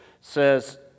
says